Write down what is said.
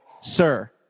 sir